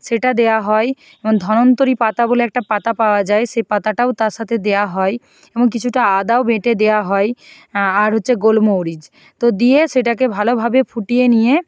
সেটা দেওয়া হয় এবং ধন্বন্তরি পাতা বলে একটা পাতা পাওয়া যায় সে পাতাটাও তার সাথে দেওয়া হয় এবং কিছুটা আদাও বেটে দেওয়া হয় আর হচ্ছে গোলমরিচ তো দিয়ে সেটাকে ভালোভাবে ফুটিয়ে নিয়ে